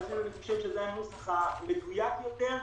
לכן אני חושב שזה הנוסח המדויק יותר,